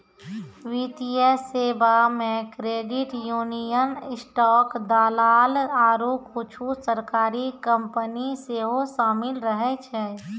वित्तीय सेबा मे क्रेडिट यूनियन, स्टॉक दलाल आरु कुछु सरकारी कंपनी सेहो शामिल रहै छै